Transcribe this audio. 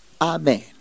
Amen